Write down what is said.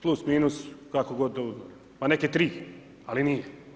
Plus minus, kako god to, a neke tri, ali nije.